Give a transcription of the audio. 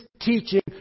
teaching